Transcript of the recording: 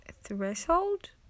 threshold